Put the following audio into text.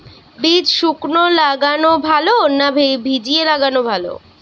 বীজ শুকনো লাগালে ভালো না ভিজিয়ে লাগালে ভালো?